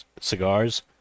cigars